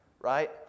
right